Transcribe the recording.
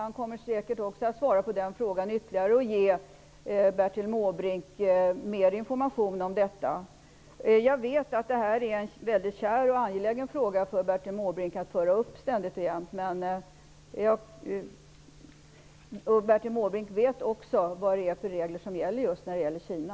Han kommer säkert också att svara på den frågan och ge Bertil Måbrink mer information om saken. Jag vet att det här är en väldigt kär och angelägen fråga för Bertil Måbrink som han ständigt och jämt för på tal. Bertil Måbrink vet vilka regler som gäller för just Kina.